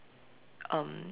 um